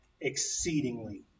exceedingly